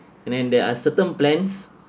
and then there are certain plans